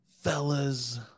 fellas